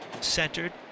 Centered